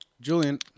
Julian